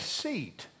seat